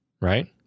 Right